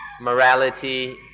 morality